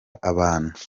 abantu